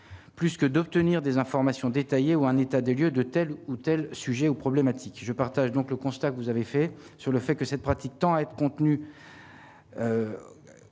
plus que d'obtenir des informations détaillées ou un état des lieux de telle ou telle sujet aux problématiques je partage donc le constat que vous avez fait sur le fait que cette pratique tend à être contenue